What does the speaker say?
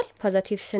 positive